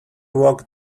woke